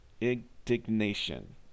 indignation